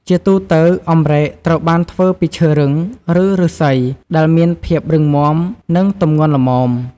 ជាទូទៅ អម្រែកត្រូវបានធ្វើពីឈើរឹង ឬឫស្សីដែលមានភាពរឹងមាំ និងទម្ងន់ល្មម។